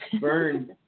burn